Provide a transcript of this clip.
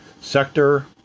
sector